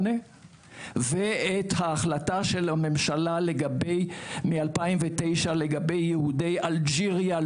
ואת ההחלטה של הממשלה מ-2009 לגבי יהודי אלג'יריה,